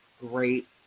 great